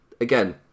again